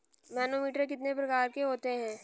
Manometer कितने प्रकार के होते हैं?